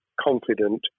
confident